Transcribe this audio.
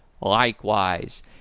Likewise